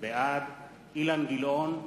בעד אילן גילאון,